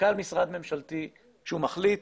מנכ"ל משרד ממשלתי שהוא מחליט